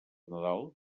nadal